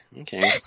okay